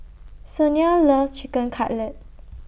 Sonia loves Chicken Cutlet